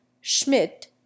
Schmidt